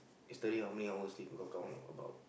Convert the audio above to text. yesterday how many hours you sleep got count about